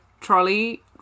trolley